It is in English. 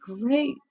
great